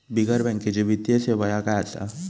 बिगर बँकेची वित्तीय सेवा ह्या काय असा?